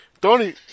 Tony